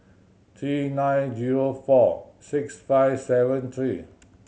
three nine zero four six five seven three